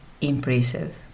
impressive